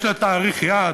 יש לה תאריך יעד,